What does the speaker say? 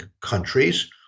countries